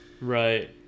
Right